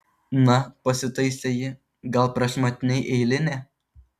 na pasitaisė ji gal prašmatniai eilinė